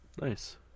Nice